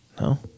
No